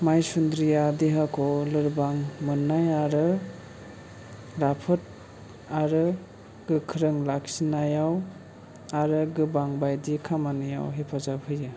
माइसुन्द्रिया देहाखौ लोरबां मोननाय आरो राफोद आरो गोख्रों लाखिनायाव आरो गोबां बायदि खामानियाव हेफाजाब होयो